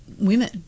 women